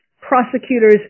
prosecutors